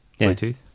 Bluetooth